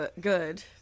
good